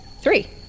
Three